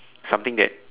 something that